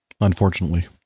Unfortunately